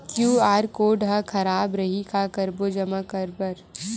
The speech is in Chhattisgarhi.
क्यू.आर कोड हा खराब रही का करबो जमा बर?